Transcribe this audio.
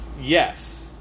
yes